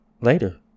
later